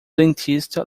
dentista